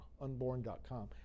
unborn.com